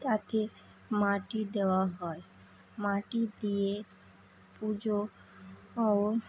তাতে মাটি দেওয়া হয় মাটি দিয়ে পুজো ও